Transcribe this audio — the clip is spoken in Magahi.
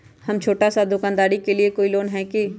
हम छोटा सा दुकानदारी के लिए कोई लोन है कि?